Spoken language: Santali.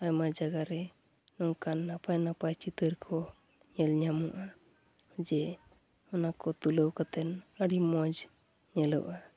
ᱟᱭᱢᱟ ᱡᱟᱭᱜᱟᱨᱮ ᱚᱱᱠᱟᱱ ᱱᱟᱯᱟᱭᱼᱱᱟᱯᱟᱭ ᱪᱤᱛᱟᱹᱨᱠᱚ ᱧᱮᱞ ᱧᱟᱢᱚᱜᱼᱟ ᱡᱮ ᱚᱱᱟᱠᱚ ᱛᱩᱞᱟᱹᱣ ᱠᱟᱛᱮᱱ ᱟᱹᱰᱤ ᱢᱚᱡᱽ ᱧᱮᱞᱚᱜᱼᱟ